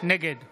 נגד